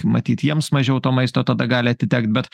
matyt jiems mažiau to maisto tada gali atitekti bet